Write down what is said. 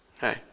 Hey